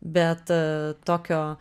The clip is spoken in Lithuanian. bet tokio